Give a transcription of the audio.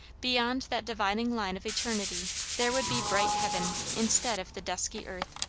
beyond that dividing line of eternity, there would be bright heaven, instead of the dusky earth.